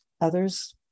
others